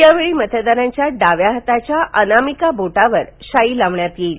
यावेळी मतदारांच्या डाव्या हाताच्या अनामिका बोटावर शाई लावण्यात येईल